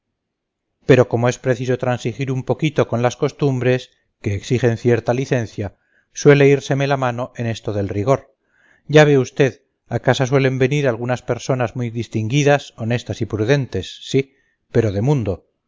pero como es preciso transigir un poquito con las costumbres que exigen cierta licencia suele írseme la mano en esto del rigor ya ve usted a casa suelen venir algunas personas muy distinguidas honestas y prudentes sí pero de mundo